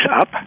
up